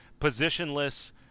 positionless